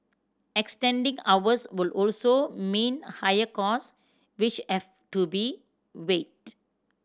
extending hours would also mean higher cost which have to be weighed